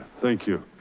thank you.